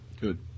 Good